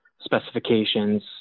specifications